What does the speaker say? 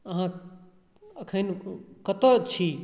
अहाँ एखन कतऽ छी